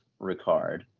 Ricard